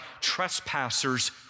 trespassers